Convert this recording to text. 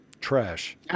trash